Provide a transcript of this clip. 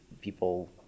people